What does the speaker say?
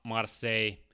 Marseille